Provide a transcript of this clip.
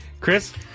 Chris